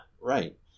Right